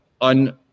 on –